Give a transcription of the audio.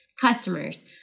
customers